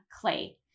clay